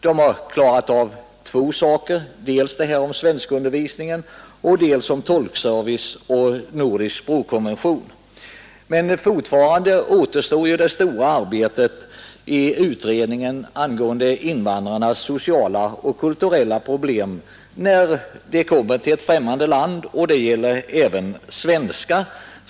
Man har klarat av två saker: dels svenskundervisningen, dels tolkservice och nordisk språkkonvention. Men fortfarande återstår ju det stora arbetet i utredningen angående invandrarnas sociala och kulturella problem när de kommer till ett främmande land. Detta gäller även svenskar.